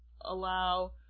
allow